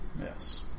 yes